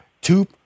two